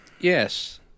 Yes